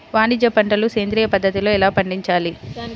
వాణిజ్య పంటలు సేంద్రియ పద్ధతిలో ఎలా పండించాలి?